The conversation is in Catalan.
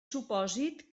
supòsit